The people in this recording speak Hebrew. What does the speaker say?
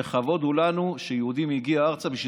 וכבוד הוא לנו שיהודי מגיע ארצה.